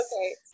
okay